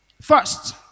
first